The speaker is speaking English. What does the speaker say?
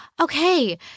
okay